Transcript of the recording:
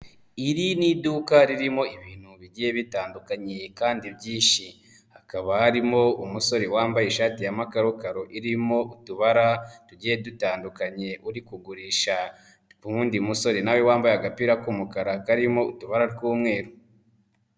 Iri ni iduka ririmo ibintu bigiye bitandukanye kandi byinshi, hakaba harimo umusore wambaye ishati ya makarokaro irimo utubara tugiye dutandukanye uri kugurisha n'uwundi musore nawe wambaye agapira k'umukara karimo utubara tw'umweru.